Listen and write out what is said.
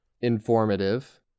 Informative